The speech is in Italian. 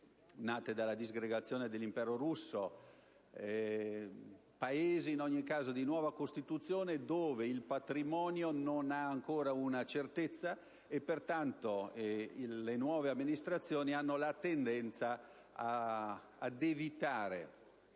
nate dalla disgregazione dell'impero russo. In ogni caso, si tratta di Paesi di nuova costituzione dove il patrimonio non ha ancora una certezza, e pertanto le nuove amministrazioni hanno la tendenza ad evitare